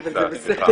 אבל זה בסדר,